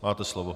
Máte slovo.